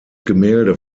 gemälde